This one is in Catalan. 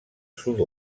sud